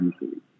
usually